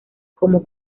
como